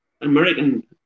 American